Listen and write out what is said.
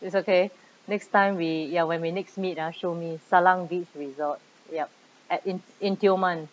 it's okay next time we ya when we next meet ah show me salang beach resort yup at in in tioman